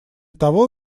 того